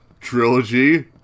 trilogy